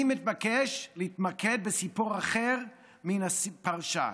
אני מבקש להתמקד בסיפור אחר מהפרשה,